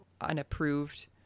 unapproved